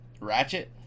Ratchet